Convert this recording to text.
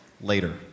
later